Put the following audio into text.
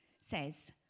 says